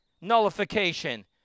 nullification